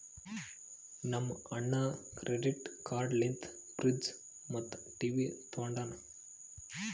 ನಮ್ ಅಣ್ಣಾ credit card ಲಿಂತೆ ಫ್ರಿಡ್ಜ್ ಮತ್ತ ಟಿವಿ ತೊಂಡಾನ